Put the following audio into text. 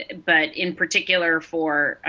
but in particular for